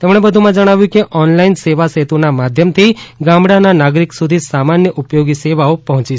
તેમણે વધુમાં જણાવ્યું કે ઓનલાઇન સેવા સેતુના માધ્યમથી ગામડાના નાગરિક સુધી સામાન્ય ઉપયોગી સેવાઓ પહોંચી છે